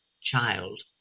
child